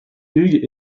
hugues